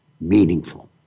meaningful